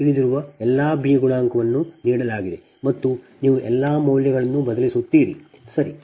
ತಿಳಿದಿರುವ ಎಲ್ಲಾ B B ಗುಣಾಂಕವನ್ನು ನೀಡಲಾಗಿದೆ ಮತ್ತು ನೀವು ಈ ಎಲ್ಲಾ ಮೌಲ್ಯಗಳನ್ನು ಬದಲಿಸುತ್ತೀರಿ ಸರಿ